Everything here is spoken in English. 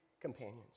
companions